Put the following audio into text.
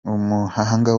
umuhanga